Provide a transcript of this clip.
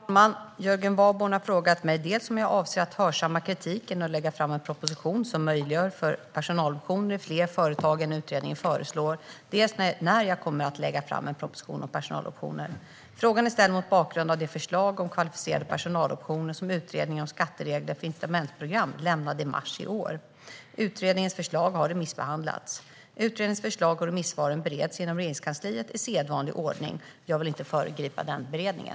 Herr talman! Jörgen Warborn har frågat mig dels om jag avser att hörsamma kritiken och lägga fram en proposition som möjliggör för personaloptioner i fler företag än utredningen föreslår, dels när jag kommer att lägga fram en proposition om personaloptioner. Frågan är ställd mot bakgrund av det förslag om kvalificerade personaloptioner som Utredningen om skatteregler för incitamentsprogram lämnade i mars i år. Utredningens förslag har remissbehandlats. Utredningens förslag och remissvaren bereds inom Regeringskansliet i sedvanlig ordning. Jag vill inte föregripa den beredningen.